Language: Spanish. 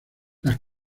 las